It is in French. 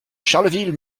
charleville